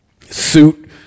suit